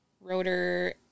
rotor